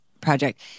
project